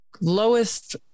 lowest